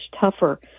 tougher